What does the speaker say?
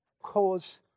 cause